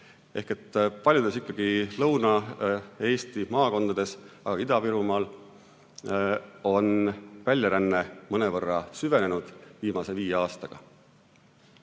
ikkagi paljudes Lõuna-Eesti maakondades, aga ka Ida-Virumaal on väljaränne mõnevõrra süvenenud viimase viie aastaga.